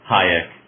Hayek